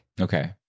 okay